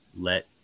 let